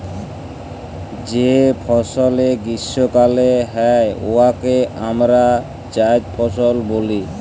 যে ফসলে গীষ্মকালে হ্যয় উয়াকে আমরা জাইদ ফসল ব্যলি